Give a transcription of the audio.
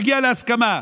להגיע להסכמה.